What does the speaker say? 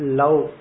love